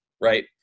right